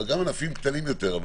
וגם ענפים קטנים יותר,